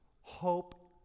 Hope